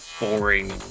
boring